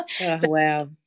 Wow